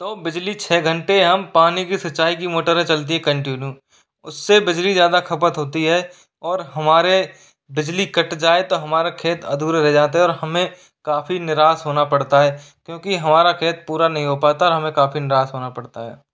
तो बिजली छ घंटे हम पानी की सिंचाई की मोटरें चलती है कंटिन्यू उससे बिजली ज़्यादा खपत होती है और हमारे बिजली कट जाए तो हमारा खेत अधूरा रह जाते हैं और हमें काफ़ी निराश होना पड़ता है क्योंकि हमारा खेत पूरा नहीं हो पाता और हमें काफ़ी निराश होना पड़ता है